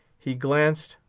he glanced,